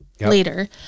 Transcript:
later